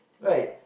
right